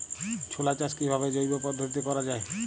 ছোলা চাষ কিভাবে জৈব পদ্ধতিতে করা যায়?